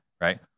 right